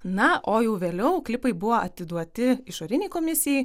na o jau vėliau klipai buvo atiduoti išorinei komisijai